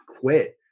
quit